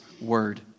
word